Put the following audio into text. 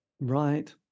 Right